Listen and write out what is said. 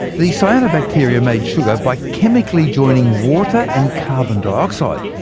the cyanobacteria made sugar by chemically joining water and carbon dioxide.